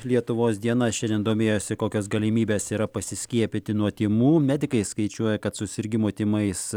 lietuvos diena šiandien domėjosi kokios galimybės yra pasiskiepyti nuo tymų medikai skaičiuoja kad susirgimų tymais